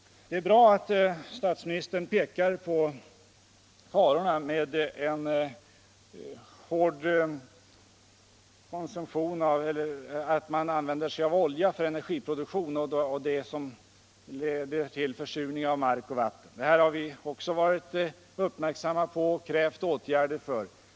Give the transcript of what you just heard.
Det är bra att statsministern pekar på farorna med att man använder olja för energiproduktion — det leder till försurning av mark och vatten. Detta har vi också varit uppmärksamma på och krävt åtgärder för.